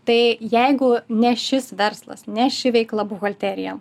tai jeigu ne šis verslas ne ši veikla buhalterija